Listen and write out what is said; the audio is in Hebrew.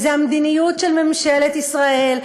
זה המדיניות של ממשלת ישראל,